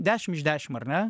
dešim iš dešim ar ne